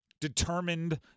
determined